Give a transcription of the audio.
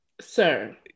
Sir